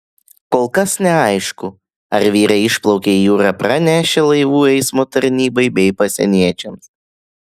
kol kas neaišku ar vyrai išplaukė į jūrą pranešę laivų eismo tarnybai bei pasieniečiams